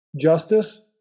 justice